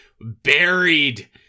buried